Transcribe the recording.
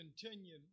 continue